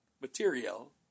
material